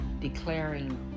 declaring